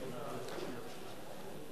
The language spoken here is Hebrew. תודה רבה.